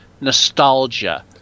nostalgia